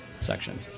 section